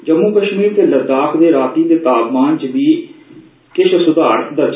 जम्मू कश्मीर ते लद्दाख दे राती दे तापमान च किश सुधार होआ ऐ